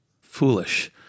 foolish